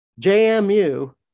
JMU